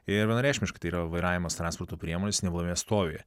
ir vienareikšmiškai tai yra vairavimas transporto priemonės neblaiviame stovyje